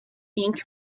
inc